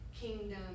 kingdom